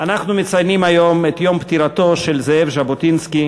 אנחנו מציינים היום את יום פטירתו של זאב ז'בוטינסקי,